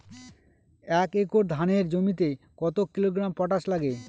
এক একর ধানের জমিতে কত কিলোগ্রাম পটাশ লাগে?